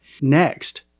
Next